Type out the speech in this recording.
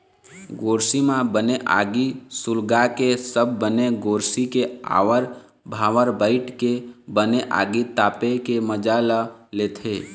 गोरसी म बने आगी सुलगाके सब बने गोरसी के आवर भावर बइठ के बने आगी तापे के मजा ल लेथे